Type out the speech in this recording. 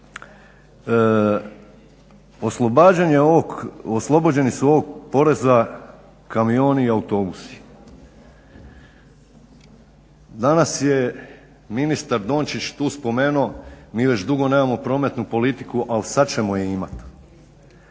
oslobođeni su ovog poreza kamioni i autobusi. Danas je ministar Dončić tu spomenuo mi već dugo nemamo prometnu politiku ali sada ćemo je imati.